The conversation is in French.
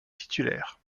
titulaire